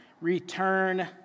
Return